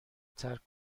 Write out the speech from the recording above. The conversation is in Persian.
ترک